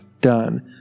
done